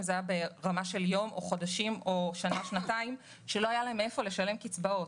ברמה של יום או חודשים או שנה שנתיים שלא היה להן מאיפה לשלם קצבאות.